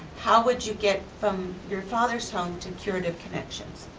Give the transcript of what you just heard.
how would you get from your father's home to curative connections?